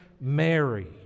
Mary